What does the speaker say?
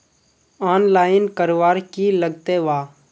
Online करवार की लगते वा?